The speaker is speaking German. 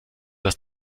dass